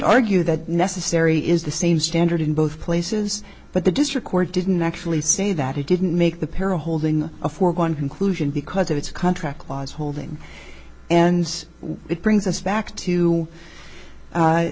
argue that necessary is the same standard in both places but the district court didn't actually say that it didn't make the para holding a foregone conclusion because of its contract clause holding and it brings us back to